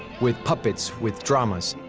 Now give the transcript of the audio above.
with puppets, with dramas.